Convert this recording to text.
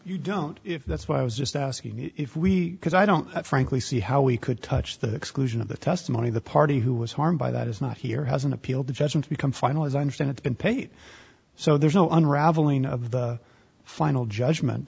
you don't if that's what i was just asking if we because i don't frankly see how we could touch the exclusion of the testimony of the party who was harmed by that is not here has an appeal the judgment become final as i understand it's been paid so there's no unraveling of the final judgment